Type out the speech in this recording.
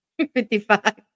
55